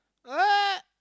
ah